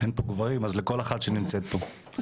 אין פה גברים, אז לכל אחת שנמצאת פה.